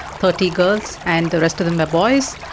thirty girls and the rest of them are boys.